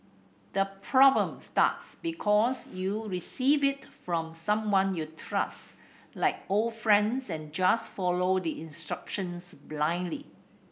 the problem starts because you receive it from someone you trust like old friends and just follow the instructions blindly